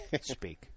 speak